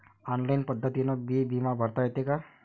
Online पद्धतीनं बी बिमा भरता येते का?